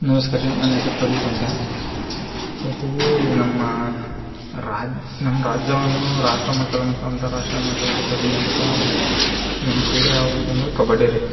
ನಮಸ್ಕಾರ ರೀ ನನ್ನ ಹೆಸ್ರು ಪ್ರದೀಪ್ ಅಂತ ಇವತ್ತಿಗೆ ನಮ್ಮ ರಾಜ್ಯ ನಮ್ಮ ರಾಜ್ಯವನ್ನು ರಾಷ್ಟ್ರಮಟ್ಟದ ಮತ್ತು ಅಂತಾರಾಷ್ಟ್ರ ಮಟ್ಟದಲ್ಲಿ ಪ್ರತಿನಿಧಿನಿಸಿದ್ದ ನಮ್ಮ ಕ್ರೀಡೆ ಯಾವ್ದು ಅಂತಂದ್ರೆ ಕಬಡ್ಡಿ ರೀ